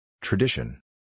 Tradition